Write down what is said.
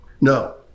No